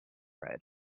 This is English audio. red